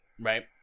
Right